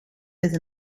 met